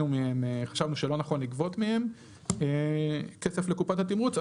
חשבנו שלא נכון לגבות מהם כסף לקופת התמרוץ.